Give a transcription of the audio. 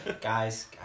guys